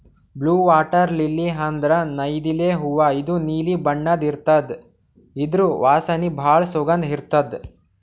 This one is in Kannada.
ಬ್ಲೂ ವಾಟರ್ ಲಿಲ್ಲಿ ಅಂದ್ರ ನೈದಿಲೆ ಹೂವಾ ಇದು ನೀಲಿ ಬಣ್ಣದ್ ಇರ್ತದ್ ಇದ್ರ್ ವಾಸನಿ ಭಾಳ್ ಸುಗಂಧ್ ಇರ್ತದ್